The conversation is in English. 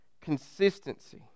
consistency